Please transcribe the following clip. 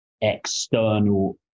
external